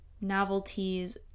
novelties